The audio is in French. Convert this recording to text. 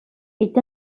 est